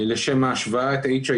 לשם ההשוואה, HIV